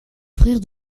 frère